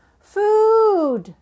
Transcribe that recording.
food